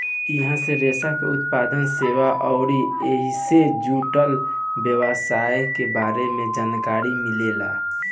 इहां से रेशम के उत्पादन, सेवा अउरी ऐइसे जुड़ल व्यवसाय के बारे में जानकारी मिलेला